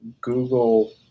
Google